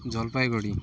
Jalpaiguri